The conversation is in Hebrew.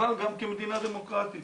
אבל גם כמדינה דמוקרטית,